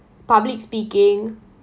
public speaking